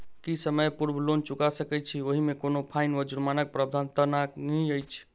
की समय पूर्व लोन चुका सकैत छी ओहिमे कोनो फाईन वा जुर्मानाक प्रावधान तऽ नहि अछि?